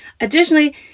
Additionally